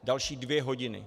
Další dvě hodiny.